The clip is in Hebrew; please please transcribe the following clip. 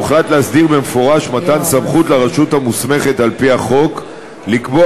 הוחלט להסדיר במפורש מתן סמכות לרשות המוסמכת על-פי החוק לקבוע